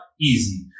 easy